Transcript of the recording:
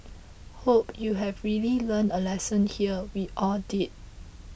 hope you've really learned a lesson here we all did